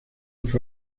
fue